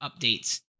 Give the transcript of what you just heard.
updates